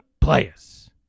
players